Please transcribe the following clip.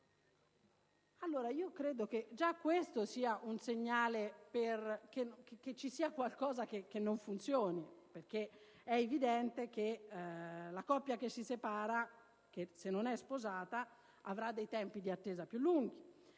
a Firenze. Credo che già questo sia un segnale che ci sia qualcosa che non funziona, perché è evidente che la coppia che si separa, se non è sposata, avrà dei tempi di attesa più lunghi,